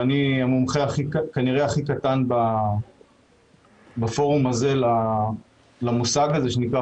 ואני כנראה המומחה הכי קטן הפורום הזה למושג הזה שנקרא